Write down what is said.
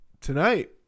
tonight